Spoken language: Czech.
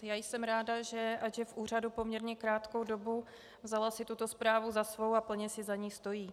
Já jsem ráda, že ač je v úřadu poměrně krátkou dobu, vzala si tuto zprávu za svou a plně si za ní stojí.